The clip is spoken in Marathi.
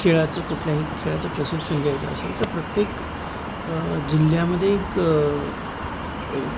खेळाचं कुठल्याही खेळाचं प्रशिक्षण घ्यायचं असेल तर प्रत्येक जिल्ह्यामध्ये एक